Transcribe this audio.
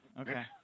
Okay